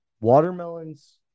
watermelons